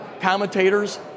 commentators